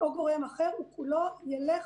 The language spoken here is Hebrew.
כולו ילך